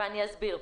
ואני אסביר.